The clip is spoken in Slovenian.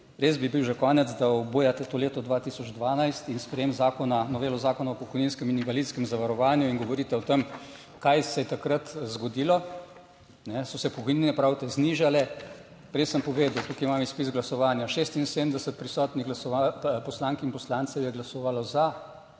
res bi bil že konec, da obujate to leto 2012 in sprejem zakona, novelo Zakona o pokojninskem in invalidskem zavarovanju in govorite o tem kaj se je takrat zgodilo. So se pokojnine pravite znižale? Prej sem povedal, tukaj imam izpis glasovanja, 76 prisotnih poslank in poslancev je glasovalo za,